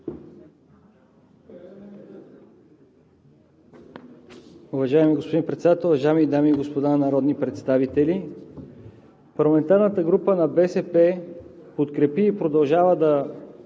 Уважаеми господин Председател, уважаеми дами и господа народни представители! Парламентарната група на „БСП за България“ подкрепи и продължава да